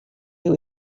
who